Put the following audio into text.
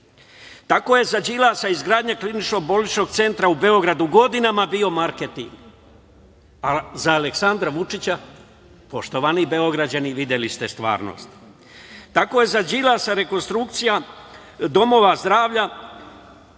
je za Đilasa izgradnja Kliničko-bolničkog centra u Beogradu godina bio marketing, a za Aleksandra Vučića, poštovani Beograđani, videli ste, stvarnost. Tako je za Đilasa rekonstrukcija domova zdravlja